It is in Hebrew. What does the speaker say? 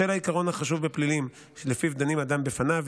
בשל העיקרון החשוב בפלילים שלפיו דנים אדם בפניו,